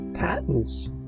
Patents